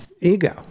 ego